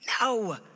No